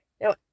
Now